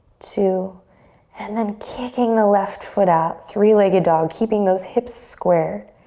two and then kicking the left foot out, three-legged dog keeping those hips squared.